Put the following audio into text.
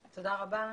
תודה רבה.